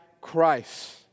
Christ